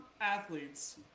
athletes